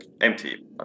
empty